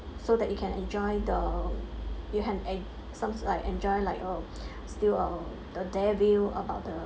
so that you can enjoy the you can en~ some like enjoy like uh see the day view about the